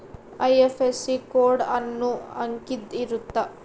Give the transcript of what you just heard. IFSC code ಅನ್ನೊಂದ್ ಅಂಕಿದ್ ಇರುತ್ತ